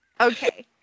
Okay